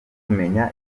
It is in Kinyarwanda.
kumenya